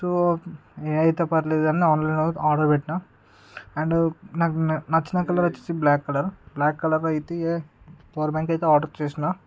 so ఏదైతే పర్వాలేదు అని ఆన్లైన్ ఆర్డర్ పెట్టిన అండ్ నాక్ నాకు నచ్చిన కలర్ వచ్చేసి బ్లాక్ కలర్ బ్లాక్ కలర్లో అయితే పవర్ బ్యాంక్ అయితే ఆర్డర్ చేసిన